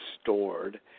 stored